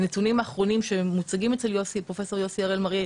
נתונים אחרונים שמוצגים אצל פרופסור יוסי מראים